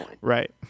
Right